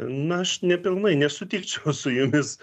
na aš ne pilnai nesutikčiau su jumis